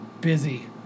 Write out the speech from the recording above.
Busy